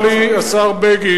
אל תצעק באמצע.